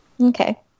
Okay